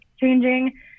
changing